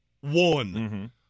One